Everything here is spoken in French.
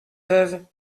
veuve